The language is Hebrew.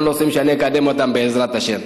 אלו נושאים שאני אקדם אותם, בעזרת השם.